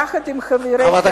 יחד עם חברי